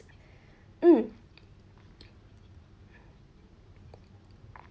mm